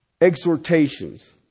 exhortations